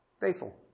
faithful